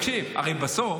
הרי בסוף